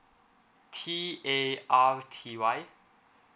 T A R T Y